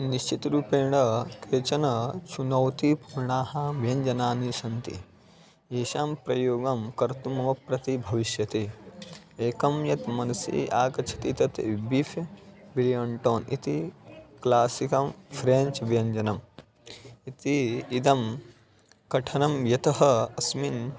निश्चितरूपेण केचन चुनौतीपूर्णाः व्यञ्जनानि सन्ति येषां प्रयोगं कर्तुं मम प्रीतिः भविष्यति एकं यत् मनसि आगच्छति तत् बिफ़् बिलियण्टोन् इति क्लासिकं फ़्रेञ्च् व्यञ्जनम् इति इदं कठिनं यतः अस्मिन्